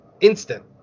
instant